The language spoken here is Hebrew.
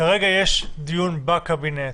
כרגע יש דיון בקבינט